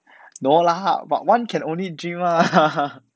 no lah but one can only dream mah